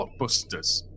blockbusters